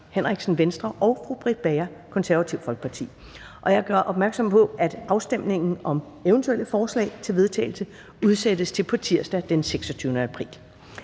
Første næstformand (Karen Ellemann): Jeg gør opmærksom på, at afstemningen om eventuelle forslag til vedtagelse udsættes til tirsdag den 26. april